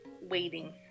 waiting